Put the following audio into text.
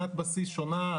שנת בסיס שונה,